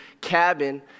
cabin